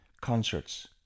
concerts